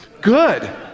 good